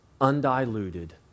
undiluted